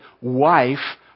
wife